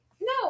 no